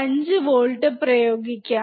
5 volt പ്രയോഗിക്കാം